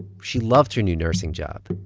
she loved her new nursing job.